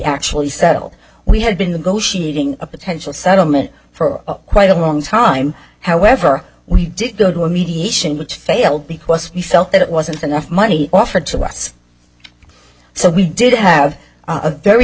actually settled we had been negotiating a potential settlement for quite a long time however we did go to a mediation which failed because we felt that it wasn't enough money offered to us so we did have a very